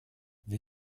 wir